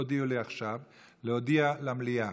ביקשו ממני עכשיו להודיע למליאה